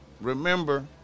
Remember